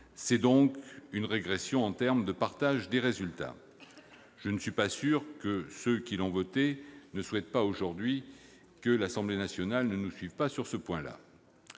c'est donc une régression en termes de partage des résultats. Je ne suis pas sûr que ceux qui ont voté cette mesure ne souhaitent pas aujourd'hui que l'Assemblée nationale ne nous suive pas sur ce point ...